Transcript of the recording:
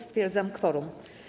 Stwierdzam kworum.